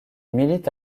milite